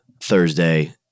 Thursday